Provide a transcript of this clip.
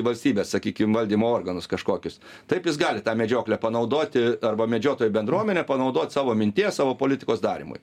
valstybės sakykim valdymo organus kažkokius taip jis gali tą medžioklę panaudoti arba medžiotojų bendruomenę panaudot savo minties savo politikos darymui